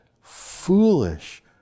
foolish